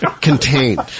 contained